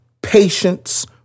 Patience